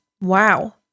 Wow